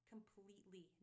Completely